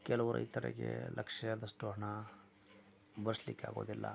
ಕೆಲವು ರೈತರಿಗೆ ಲಕ್ಷದಷ್ಟು ಹಣ ಭರಿಸ್ಲಿಕ್ಕೆ ಆಗೋದಿಲ್ಲ